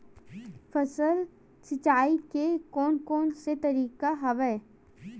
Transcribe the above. फसल सिंचाई के कोन कोन से तरीका हवय?